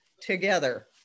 together